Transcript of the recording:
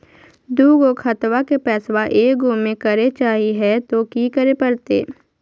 दू गो खतवा के पैसवा ए गो मे करे चाही हय तो कि करे परते?